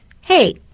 Hey